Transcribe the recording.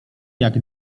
jak